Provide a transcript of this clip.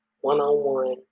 one-on-one